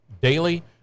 daily